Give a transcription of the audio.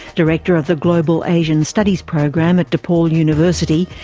director of the global asian studies program at depaul university,